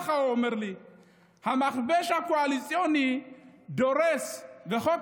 תגיד כך: "המכבש הקואליציוני דורס וחוק